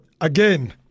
again